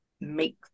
make